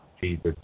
Jesus